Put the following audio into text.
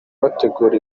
bategura